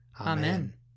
Amen